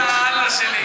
יא אללה שלי.